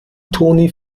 toni